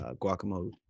guacamole